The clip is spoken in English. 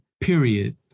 period